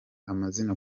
amazina